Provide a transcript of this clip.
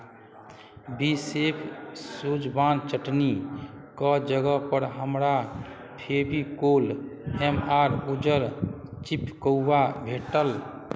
B chef schezwan चटनीके जगहपर हमरा फेबिकॉल एम आर उजर चिपकौआ भेटल